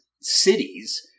cities